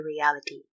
reality